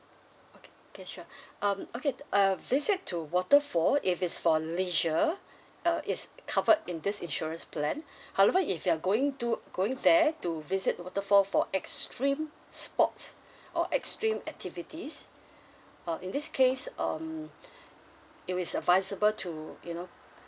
okay sure um okay uh visit to waterfall if it's for leisure uh is covered in this insurance plan however if you're going to going there to visit waterfall for extreme sports or extreme activities uh in this case um it is advisable to you know